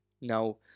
now